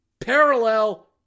Parallel